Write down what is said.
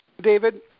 David